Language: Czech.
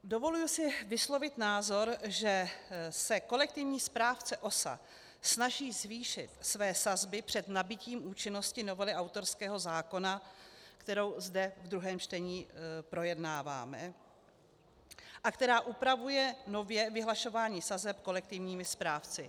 Dovoluji si vyslovit názor, že se kolektivní správce OSA snaží zvýšit své sazby před nabytím účinnosti novely autorského zákona, kterou zde v druhém čtení projednáváme a která upravuje nově vyhlašování sazeb kolektivními správci.